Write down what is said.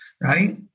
right